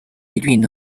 between